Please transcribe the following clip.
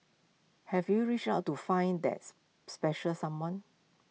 have you reached out to find that's special someone